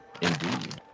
Indeed